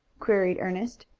queried ernest,